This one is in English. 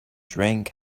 drank